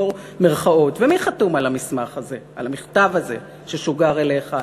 ומי חתום על המכתב הזה ששוגר אליך?